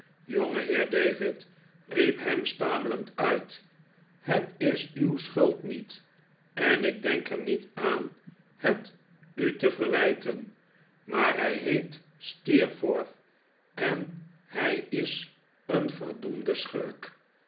jongeheer david riep ham stamelend uit het is uw schuld niet en ik denk er niet aan het u te verwijten maar hij heet steerforth en hij is een verdoemde schurk